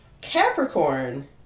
capricorn